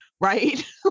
right